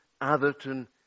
Atherton